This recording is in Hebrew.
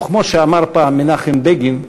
וכמו שאמר פעם מנחם בגין: